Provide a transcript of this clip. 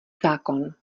zákon